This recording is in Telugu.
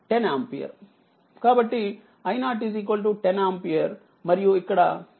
కాబట్టి i0 10 ఆంపియర్ మరియు ఇక్కడ i 5 3 ఆంపియర్ వచ్చింది